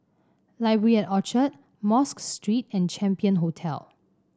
Library at Orchard Mosque Street and Champion Hotel